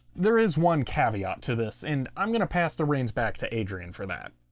there is one caveat to this. and i'm going to pass the reins back to adrian for that.